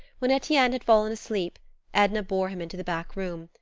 when etienne had fallen asleep edna bore him into the back room,